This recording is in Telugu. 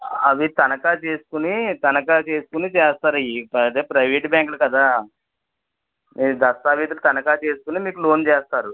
అవి తనఖా చేసుకుని తనఖా చేసుకుని చేస్తారు ఇవి అదే ప్రైవేటు బ్యాంకులు కదా మీరు దస్తవీజులు తనఖా చేసుకుని మీకు లోన్ చేస్తారు